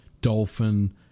dolphin